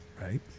right